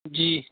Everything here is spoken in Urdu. جی